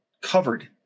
covered